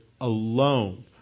alone